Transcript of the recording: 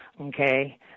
okay